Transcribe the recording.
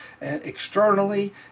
externally